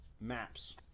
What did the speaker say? maps